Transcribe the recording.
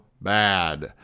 bad